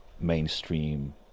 mainstream